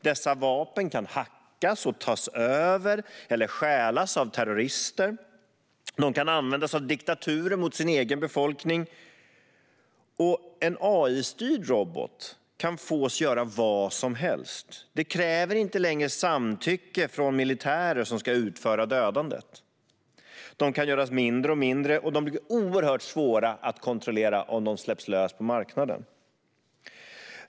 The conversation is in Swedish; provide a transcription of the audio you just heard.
De kan hackas och tas över eller stjälas av terrorister. De kan användas av diktaturer mot deras egen befolkning. Och en AI-styrd robot kan få oss att göra vad som helst. Det kräver inte längre samtycke från militärer som ska utföra dödandet. De kan göras mindre och mindre, och de är oerhört svåra att kontrollera om de släpps loss på marknaden.